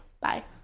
bye